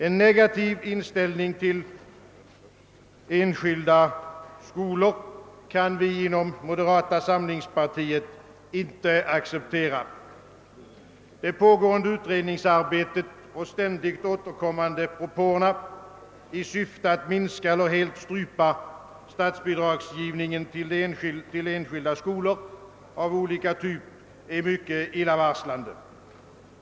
En negativ inställning till enskilda skolor kan vi inom det moderata samingspartiet inte acceptera. Det pågående utredningsarbetet och de ständigt återkommande propåerna i syfte att minska eller helt strypa statsbidragsgivningen till enskilda skolor av olika typ är mycket illavarslande.